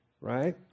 right